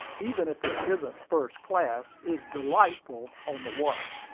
even if it isn't first-class, is delightful on the water.